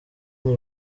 umwe